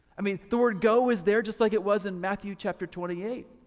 i mean the word go is there just like it was in matthew chapter twenty eight.